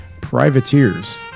PRIVATEERS